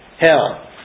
hell